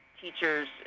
teachers